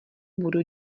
budu